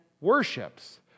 worships